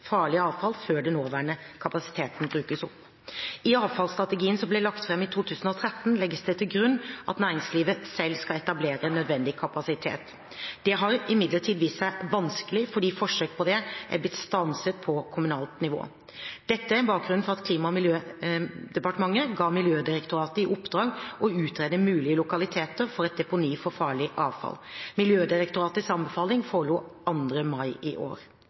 farlig avfall før den nåværende kapasiteten er brukt opp. I avfallsstrategien som ble lagt fram i 2013, legges det til grunn at næringslivet selv skal etablere nødvendig kapasitet. Det har imidlertid vist seg vanskelig, fordi forsøk på det har blitt stanset på kommunalt nivå. Dette er bakgrunnen for at Klima- og miljødepartementet ga Miljødirektoratet i oppdrag å utrede mulige lokaliteter for et deponi for farlig avfall. Miljødirektoratets anbefaling forelå 2. mai i år.